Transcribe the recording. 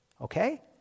Okay